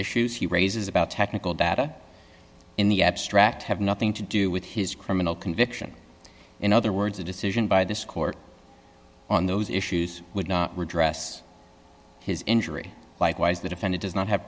issues he raises about technical data in the abstract have nothing to do with his criminal conviction in other words a decision by this court on those issues would not were dressed his injury likewise the defendant does not have